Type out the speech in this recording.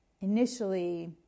initially